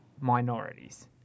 minorities